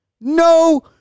No